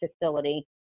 facility